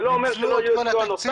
זה לא אומר שלא יהיה סיוע נוסף.